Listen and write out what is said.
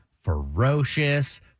ferocious